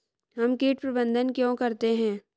हम कीट प्रबंधन क्यों करते हैं?